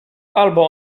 albo